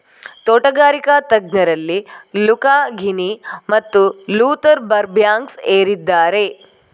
ತೋಟಗಾರಿಕಾ ತಜ್ಞರಲ್ಲಿ Luca Ghini ಮತ್ತು ಲೂಥರ್ ಬರ್ಬ್ಯಾಂಕ್ಸ್ ಏರಿದ್ದಾರೆ